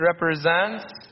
represents